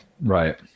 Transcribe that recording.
right